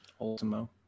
Ultimo